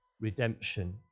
redemption